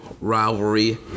Rivalry